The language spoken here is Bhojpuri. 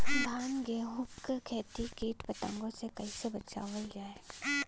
धान गेहूँक खेती के कीट पतंगों से कइसे बचावल जाए?